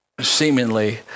seemingly